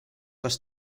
kas